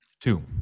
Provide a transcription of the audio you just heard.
Two